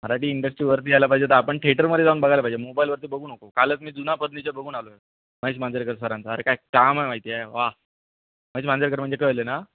Marathi industry वरती यायला पाहिजे तर आपण थिएटरमध्ये जाऊन बघायला पाहिजे मोबाईलवरती बघू नको कालच मी जुना पर्निचर बघून आलो आहे महेश मांजरेकर सरांचा अरे काय काम आहे माहिती आहे वा महेश मांजरेकर म्हणजे कळलं ना